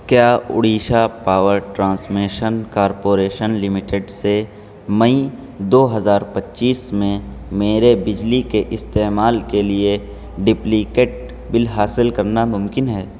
کیا Odisha power transmission corporation limited سے May دو ہزار پچیس میں میرے بجلی کے استعمال کے لیے ڈپلیکیٹ بل حاصل کرنا ممکن ہے